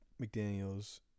McDaniels